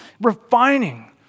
refining